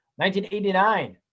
1989